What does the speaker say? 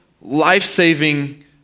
life-saving